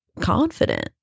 confident